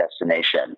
destination